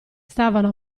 stavano